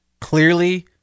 clearly